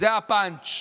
זה הפאנץ'.